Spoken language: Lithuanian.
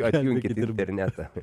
atjunkit internetą